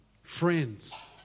friends